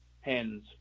hens